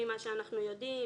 ממה שאנחנו יודעים,